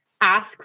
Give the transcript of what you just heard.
ask